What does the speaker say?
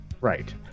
Right